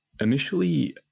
Initially